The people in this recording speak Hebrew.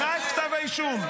קרא את כתב האישום.